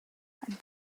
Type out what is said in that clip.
and